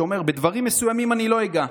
שאומרת: בדברים מסוימים אני לא אגע,